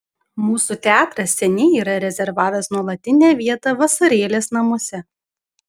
mūsų teatras seniai yra rezervavęs nuolatinę vietą vasarėlės namuose